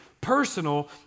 personal